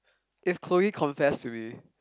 if Chloe confess to me